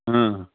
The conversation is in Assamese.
অঁ